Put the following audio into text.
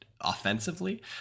offensively